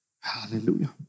Hallelujah